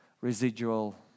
residual